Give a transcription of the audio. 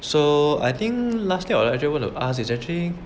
so I think last thing I actually want to ask is actually